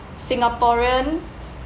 singaporean